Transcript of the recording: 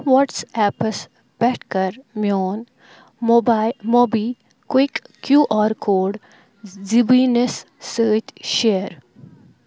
واٹس اَپَس پٮ۪ٹھ کَر میون موبا موبی کُوِک کیوٗ آر کوڈ زُبیٖنس سۭتی شیر